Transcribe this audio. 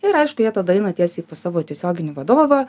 ir aišku jie tada eina tiesiai į savo tiesioginį vadovą